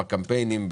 בקמפיינים,